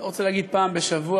אני לא רוצה להגיד פעם בשבוע,